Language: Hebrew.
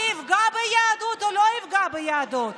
זה יפגע ביהדות או לא יפגע ביהדות?